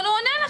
אבל הוא ענה לך.